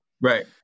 Right